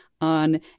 on